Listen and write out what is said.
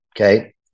okay